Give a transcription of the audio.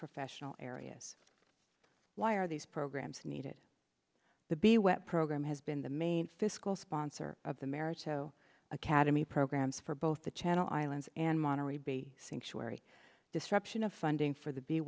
professional areas why are these programs needed the be wet program has been the main fiscal sponsor of the marriage so academy programs for both the channel islands and monterey bay sanctuary disruption of funding for the b